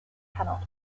cannot